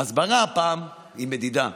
ההסברה הפעם היא מדידה.